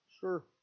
Sure